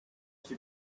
she